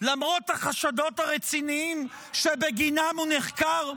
למרות החשדות הרציניים שבגינם הוא נחקר?